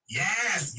yes